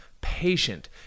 patient